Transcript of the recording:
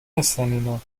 هستن